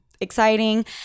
exciting